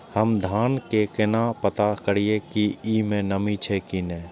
हम धान के केना पता करिए की ई में नमी छे की ने?